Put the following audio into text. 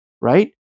right